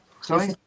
Sorry